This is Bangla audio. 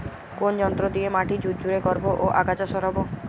কোন যন্ত্র দিয়ে মাটি ঝুরঝুরে করব ও আগাছা সরাবো?